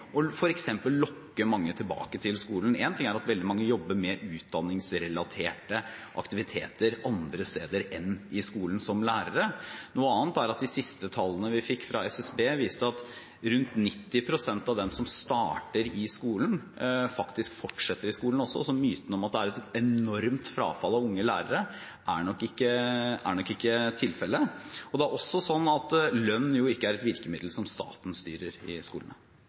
å f.eks. lokke mange tilbake til skolen. En ting er at veldig mange jobber med utdanningsrelaterte aktiviteter andre steder enn i skolen som lærere. Noe annet er at de siste tallene vi fikk fra SSB, viste at rundt 90 pst. av dem som starter i skolen, faktisk fortsetter i skolen også. Så myten om at det er et enormt frafall av unge lærere, er nok ikke riktig. Det er også sånn at lønn jo ikke er et virkemiddel som staten styrer i skolene.